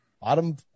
bottom